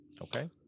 Okay